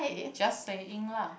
just saying lah